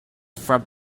front